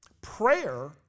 Prayer